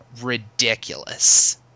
ridiculous